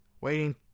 Waiting